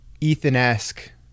ethan-esque